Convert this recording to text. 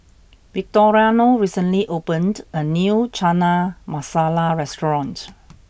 Victoriano recently opened a new Chana Masala restaurant